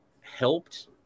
helped